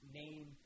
name